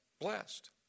blessed